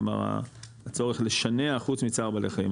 כלומר הצורך לשנע חוץ מצער בעלי חיים,